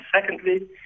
secondly